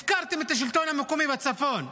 הפקרתם את השלטון המקומי בצפון.